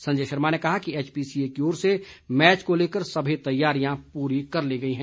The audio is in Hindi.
संजय शर्मा ने कहा कि एचपीसीए की ओर से मैच को लेकर सभी तैयारियां पूरी कर ली गई है